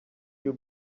you